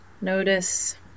Notice